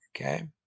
Okay